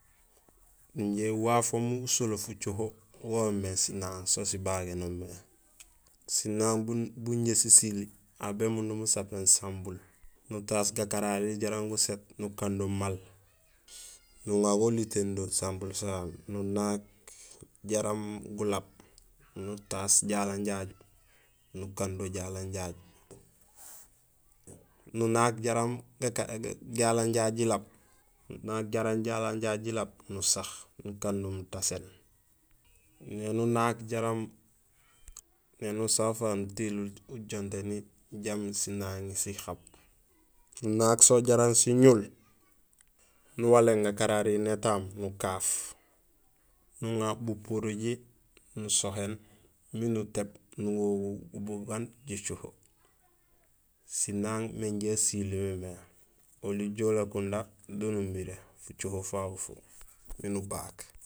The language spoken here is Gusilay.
Injé wafoom usolee fucoho wo woomé sinaaŋ; so sibagénoom mé; sinaaŋ bu inja sisili aw bémundum usapéén sambun nutaas gakarari jaraam gusét nukando maal nuŋa go ulitéén do sambun sasu nunak jaraam gulaab nuataas jalang jaju nukando jalang jaju nunaak jaraam jalang jaju jilaab, jaraam jalang jaju jilaab nusu nukando mutaséén éni unak jaraam, éni usa ufaak nutiluul ujonténi jambi sinaŋi sihab, nunak so jaraam siñul nuwaléén gakararihi nétaam nukaaf nuŋa bupuruji nusohéén miin utéén nuwogul bugaan jicoho sinaaŋ mé inja asili mémé, oli joola kunda do numiré fucoho fofafu.